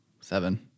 seven